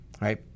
right